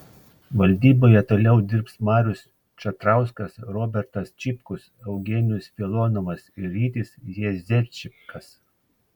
valdyboje toliau dirbs marius čatrauskas robertas čipkus eugenijus filonovas ir rytis jezepčikas